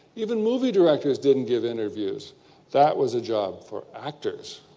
even movie directors didn't give interviews that was a job for actors.